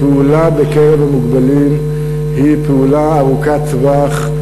הפעולה בקרב המוגבלים היא פעולה ארוכת טווח,